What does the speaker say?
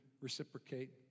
reciprocate